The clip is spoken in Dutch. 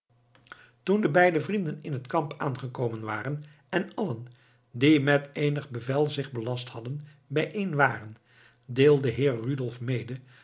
toen de beide vrienden in het kamp aangekomen waren en allen die met eenig bevel zich belast hadden bijeen waren deelde heer rudolf mede